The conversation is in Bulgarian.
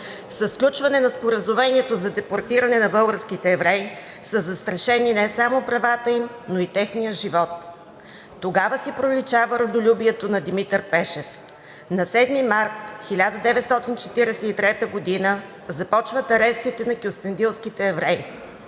Със сключване на Споразумението за депортиране на българските евреи са застрашени не само правата им, но и техният живот. Тогава си проличава родолюбието на Димитър Пешев. На 7 март 1943 г. започват арестите на кюстендилските евреи,